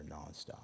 nonstop